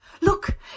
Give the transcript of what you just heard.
Look